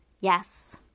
Yes